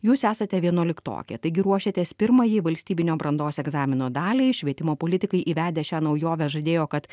jūs esate vienuoliktokė taigi ruošiatės pirmąjai valstybinio brandos egzamino daliai švietimo politikai įvedę šią naujovę žadėjo kad